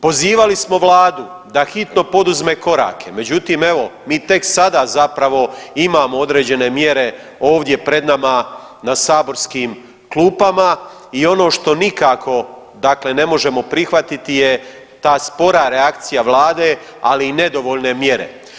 Pozivali smo vladu da hitno poduzme korake, međutim evo mi tek sada zapravo imamo određene mjere ovdje pred nama na saborskim klupama i ono što nikako dakle ne možemo prihvatiti je ta spora reakcija vlade, ali i nedovoljne mjere.